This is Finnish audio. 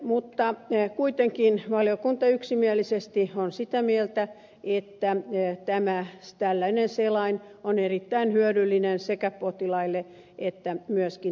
mutta kuitenkin valiokunta yksimielisesti on sitä mieltä että tämä tällainen selain on erittäin hyödyllinen sekä potilaille että myöskin työnantajille